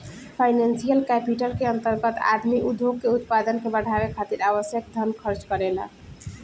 financial capital के अंतर्गत आदमी उद्योग के उत्पादन के बढ़ावे खातिर आवश्यक धन खर्च करेला